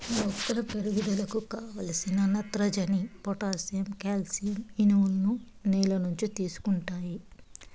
మొక్కల పెరుగుదలకు కావలసిన నత్రజని, పొటాషియం, కాల్షియం, ఇనుములను నేల నుంచి తీసుకుంటాయి